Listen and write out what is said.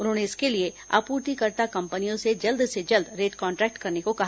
उन्होंने इसके लिए आपूर्तिकर्ता कंपनियों से जल्द से जल्द रेट कांट्रेक्ट करने को कहा